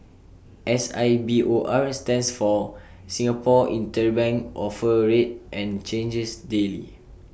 S I B O R stands for Singapore interbank offer rate and changes daily